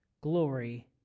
glory